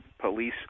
police